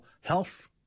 health